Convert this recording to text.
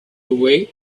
away